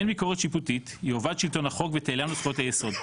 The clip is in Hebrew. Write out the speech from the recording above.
באין ביקורת שיפוטית יאבד שלטון החוק ותעלמנה זכויות היסוד.